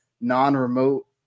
non-remote